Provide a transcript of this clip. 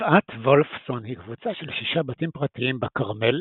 גבעת וולפסון היא קבוצה של שישה בתים פרטיים בכרמל,